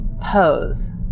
Pose